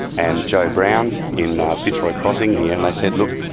and joe brown in fitzroy crossing here, and they said, look,